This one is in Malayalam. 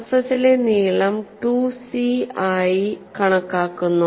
സർഫസിലെ നീളം 2 സി ആയി കണക്കാക്കുന്നു